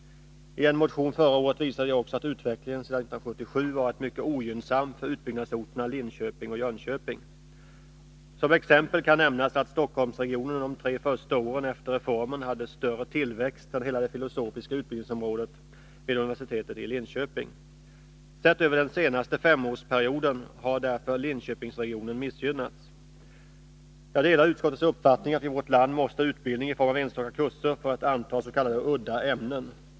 I en motion förra året visade jag också att utvecklingen sedan 1977 varit mycket ogynnsam för utbyggnadsorterna Linköping och Jönköping. Som exempel kan nämnas att Stockholmsregionen under de tre första åren efter reformen hade större tillväxt än hela det filosofiska utbildningsområdet vid universitetet i Linköping! Sett över den: senaste femårsperioden har därför Linköpingsregionen missgynnats. Jag delar utskottets uppfattning att vi i vårt land måste ha utbildning i form av enstaka kurser för ett antal s.k. udda ämnen.